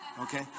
Okay